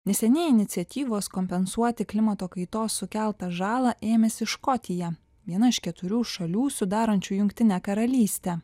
neseniai iniciatyvos kompensuoti klimato kaitos sukeltą žalą ėmėsi škotija viena iš keturių šalių sudarančių jungtinę karalystę